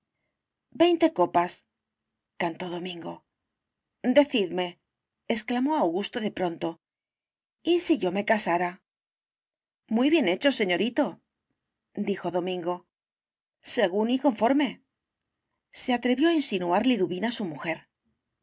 veinte en copas cantó domingo decidme exclamó augusto de pronto y si yo me casara muy bien hecho señoritodijo domingo según y conformese atrevió a insinuar liduvina su mujer